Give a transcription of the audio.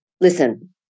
Listen